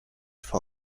for